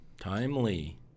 Timely